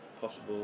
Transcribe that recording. possible